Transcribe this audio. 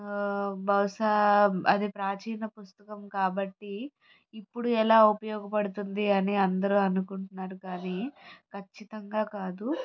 బహుశా అది ప్రాచీన పుస్తకం కాబట్టి ఇప్పుడు ఎలా ఉపయోగపడుతుంది అని అందరూ అనుకుంటున్నారు కానీ ఖచ్చితంగా కాదు